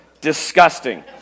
disgusting